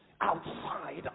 outside